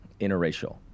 interracial